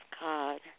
God